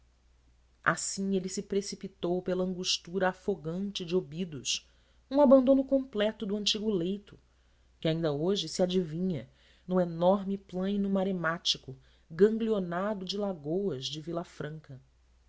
assim ele se precipitou pela angustura afogante de óbidos num abandono completo do antigo leito que ainda hoje se adivinha no enorme plaino maremático ganglionado de lagoas de vila franca